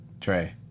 Trey